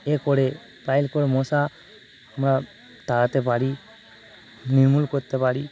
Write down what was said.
এ করে পাইল করে মশা আমরা তাড়াতে পারি নির্মূল করতে পারি